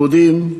יהודים,